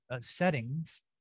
settings